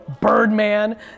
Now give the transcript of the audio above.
Birdman